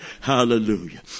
Hallelujah